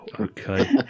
okay